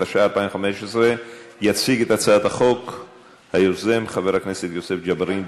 התשע"ה 2015. יציג את הצעת החוק היוזם חבר הכנסת יוסף ג'בארין.